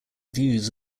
views